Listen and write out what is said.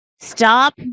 stop